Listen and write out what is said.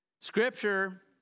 scripture